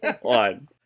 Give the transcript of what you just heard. One